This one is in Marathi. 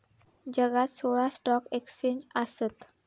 जगात सोळा स्टॉक एक्स्चेंज आसत